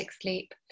sleep